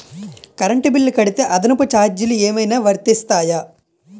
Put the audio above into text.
Current bill కడితే అదనపు ఛార్జీలు ఏమైనా వర్తిస్తాయా?